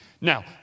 Now